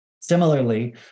Similarly